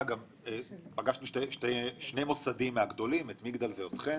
פגשנו שני מוסדיים גדולים, את מגדל ואתכם.